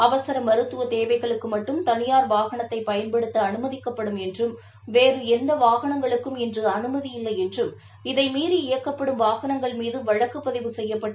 அவசர மருத்துவ தேவைகளுக்கு மட்டும் தனியார் வாகனத்தை பயன்படுத்த அனுமதிக்கப்படும் என்றும் வேறு எந்த வாகனங்களுக்கும் இன்று அனுமதியில்லை என்றும் இதை மீறி இயக்கப்படும் வாகனங்கள்மீது வழக்குப் பதிவு செய்யப்பட்டு